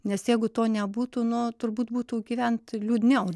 nes jeigu to nebūtų nu turbūt būtų gyvent liūdniau